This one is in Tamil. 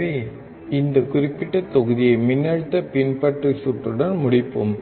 எனவே இந்தக் குறிப்பிட்ட தொகுதியை மின்னழுத்த பின்பற்றிச் சுற்றுடன் முடிப்போம்